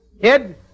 Kid